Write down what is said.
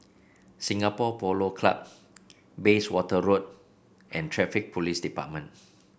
Singapore Polo Club Bayswater Road and Traffic Police Department